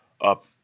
up